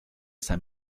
esa